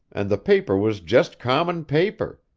and the paper was just common paper.